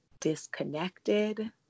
disconnected